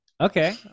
okay